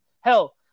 Hell